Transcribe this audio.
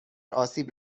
آسیب